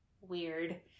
weird